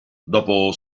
dopo